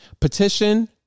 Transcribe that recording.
petition